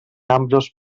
ambdós